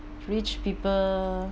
rich people